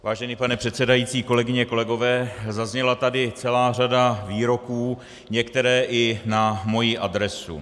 Vážený pane předsedající, kolegyně, kolegové, zazněla tady celá řada výroků, některé i na moji adresu.